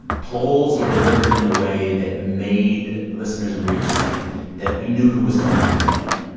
and polls were delivered in a way that made listeners and readers think that we knew who was going to win.